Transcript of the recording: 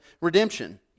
redemption